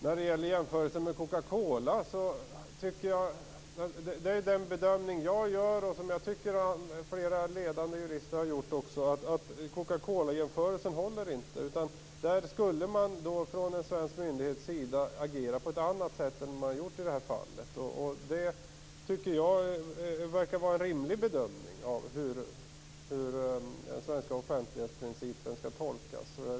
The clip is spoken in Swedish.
När det gäller jämförelsen med Coca-Cola gör jag och flera ledande jurister bedömningen att jämförelsen inte håller, utan man borde från en svensk myndighets sida ha agerat på ett annat sätt än vad man har gjort i det här fallet. Det tycker jag verkar vara en rimlig bedömning av hur den svenska offentlighetsprincipen skall tolkas.